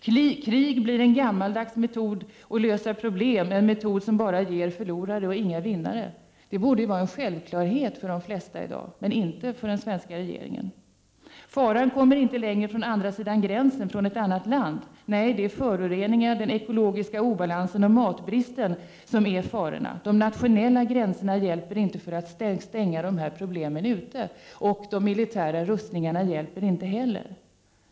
Krig blir en gammaldags metod att lösa problem, en metod som bara ger förlorare och inga vinnare. Det borde vara en självklarhet för de flesta i dag, men inte för den svenska regeringen. Faran kommer inte längre från den andra sidan gränsen, från ett annat land. Nej, det är föroreningar, den ekologiska obalansen och matbristen som är farorna. De nationella gränserna är ingen hjälp för att stänga de här problemen ute, och de militära rustningarna hjälper inte heller.